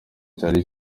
cyane